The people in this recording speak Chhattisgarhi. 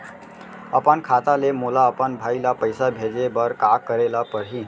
अपन खाता ले मोला अपन भाई ल पइसा भेजे बर का करे ल परही?